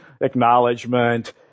acknowledgement